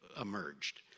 emerged